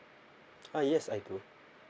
ah yes I do